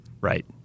Right